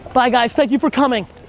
bye, guys, thank you for coming.